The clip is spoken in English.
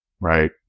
right